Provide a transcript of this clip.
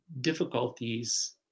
difficulties